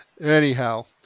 Anyhow